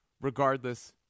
regardless